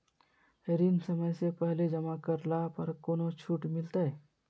ऋण समय से पहले जमा करला पर कौनो छुट मिलतैय?